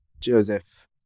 Joseph